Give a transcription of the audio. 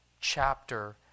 chapter